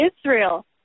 Israel